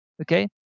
Okay